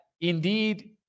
indeed